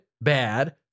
bad